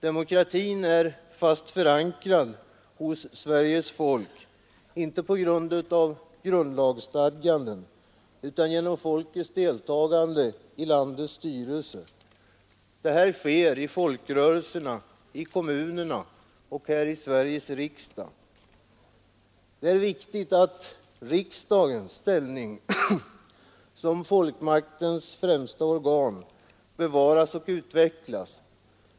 Demokratin är fast förankrad hos Sveriges folk, inte genom grundlagsstadganden utan genom folkets deltagande i landets styrelse — i folkrörelser, i kommuner och här i Sveriges riksdag. Det är viktigt att riksdagens ställning som folkmaktens främsta organ bevaras och utvecklas.